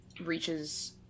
reaches